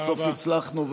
בסוף הצלחנו,